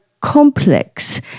complex